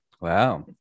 wow